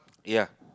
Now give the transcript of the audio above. ya